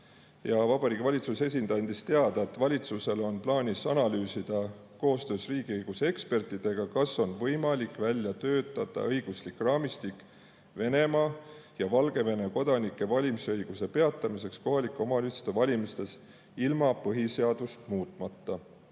Vabariigi Valitsuse esindaja andis teada, et valitsusel on plaanis analüüsida koostöös riigiõiguse ekspertidega, kas on võimalik välja töötada õiguslik raamistik Venemaa ja Valgevene kodanike valimisõiguse peatamiseks kohalike omavalitsuste valimistel ilma põhiseadust muutmata